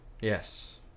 Yes